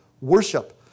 worship